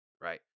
right